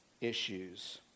issues